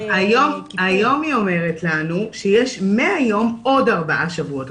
היום היא אומרת לנו שיש מהיום עוד ארבעה שבועות.